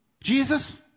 Jesus